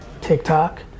TikTok